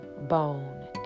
bone